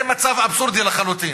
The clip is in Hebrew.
זה מצב אבסורדי לחלוטין.